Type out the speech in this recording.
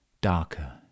darker